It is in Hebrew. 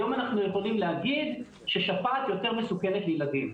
היום אנחנו יכולים להגיד ששפעת יותר מסוכנת לילדים.